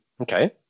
Okay